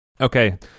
Okay